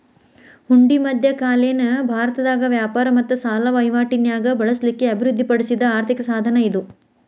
ಹುಂಡಿ ಮಧ್ಯಕಾಲೇನ ಭಾರತದಾಗ ವ್ಯಾಪಾರ ಮತ್ತ ಸಾಲ ವಹಿವಾಟಿ ನ್ಯಾಗ ಬಳಸ್ಲಿಕ್ಕೆ ಅಭಿವೃದ್ಧಿ ಪಡಿಸಿದ್ ಆರ್ಥಿಕ ಸಾಧನ ಇದು